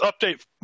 update